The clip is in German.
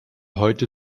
heute